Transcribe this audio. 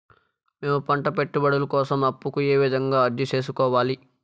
మేము పంట పెట్టుబడుల కోసం అప్పు కు ఏ విధంగా అర్జీ సేసుకోవాలి?